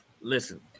Listen